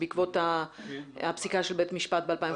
בעקבות הפסיקה של בית המשפט ב-2015?